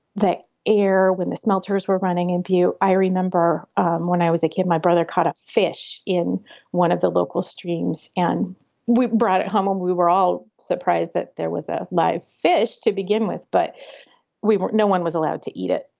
the air when the smelters were running in bpu. i remember um when i was a kid, my brother caught a fish in one of the local streams and we brought it home and um we were all surprised that there was a live fish to begin with. but we weren't. no one was allowed to eat it.